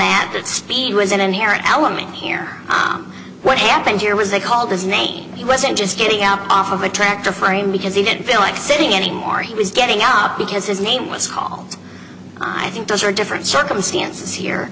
that that speed was an inherent element here on what happened here was they called his name he wasn't just getting out off of a tractor frame because he didn't feel like sitting anymore he was getting up because his name was hall i think those are different circumstances here